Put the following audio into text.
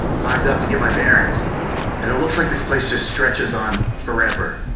climbed up to get my bearings and it looks like this place just stretches on forever.